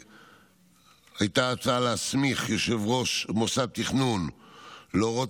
הייתה הצעה להסמיך יושב-ראש מוסד תכנון להורות